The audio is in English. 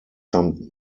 some